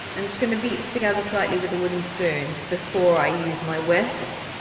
um just going to beat this together slightly with a wooden spoon before i use my whisk.